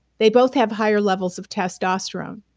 they both have higher levels of testosterone.